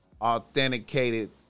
authenticated